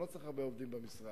אני לא צריך הרבה עובדים במשרד.